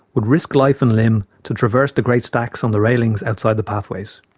would risk life and limb to traverse the great stacks on the railings outside the pathways.